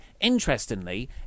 interestingly